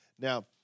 Now